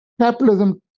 Capitalism